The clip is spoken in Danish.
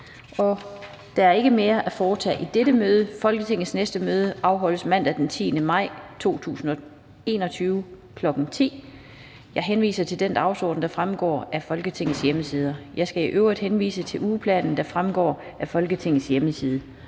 Der er ikke mere at foretage i dette møde. Folketingets næste møde afholdes mandag, den 10. maj 2021, kl. 10.00. Jeg henviser til den dagsorden, der fremgår af Folketingets hjemmeside. Jeg skal i øvrigt henvise til ugeplanen, der fremgår af Folketingets hjemmeside.